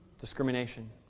discrimination